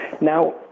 Now